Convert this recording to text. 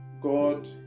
god